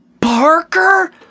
Parker